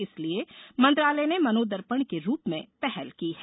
इसीलिए मंत्रालय ने मनोदर्पण के रूप में पहल की है